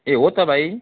ए हो त भाइ